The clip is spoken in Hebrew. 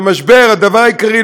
במשבר הדבר העיקרי,